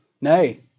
Nay